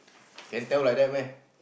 can tell like that meh